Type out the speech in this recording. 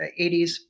80s